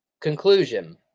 Conclusion